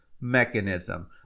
mechanism